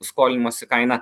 skolinimosi kaina